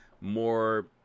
more